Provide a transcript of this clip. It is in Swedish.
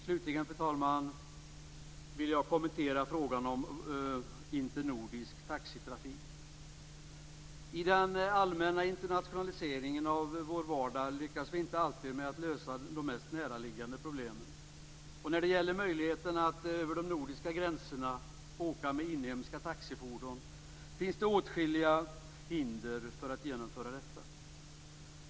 Slutligen, fru talman, vill jag kommentera frågan om internordisk taxitrafik. I den allmänna internationaliseringen av vår vardag lyckas vi inte alltid lösa de mest näraliggande problemen. När det gäller möjligheten att över de nordiska gränserna åka med inhemska taxifordon finns det åtskilliga hinder för att genomföra detta.